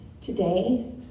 today